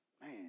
Man